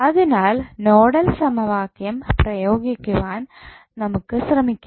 അതിനാൽ നോഡൽ സമവാക്യം പ്രയോഗിക്കുവാൻ നമുക്ക് ശ്രമിക്കാം